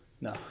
No